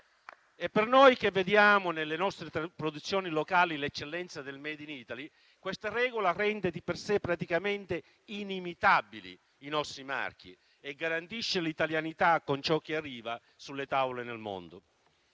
Per noi che vediamo nelle nostre produzioni locali l'eccellenza del *made in Italy*, questa regola rende di per sé praticamente inimitabili i nostri marchi e garantisce l'italianità di ciò che arriva sulle tavole del mondo.